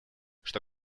что